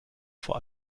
vor